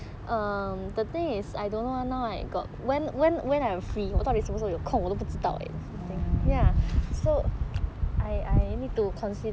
orh